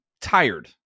tired